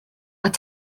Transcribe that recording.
are